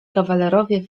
kawalerowie